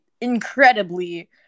incredibly